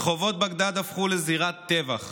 רחובות בגדאד הפכו לזירת טבח.